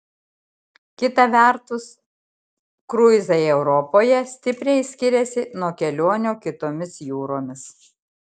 kita vertus kruizai europoje stipriai skiriasi nuo kelionių kitomis jūromis